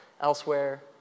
elsewhere